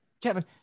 kevin